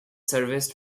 serviced